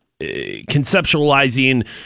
conceptualizing